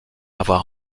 avoir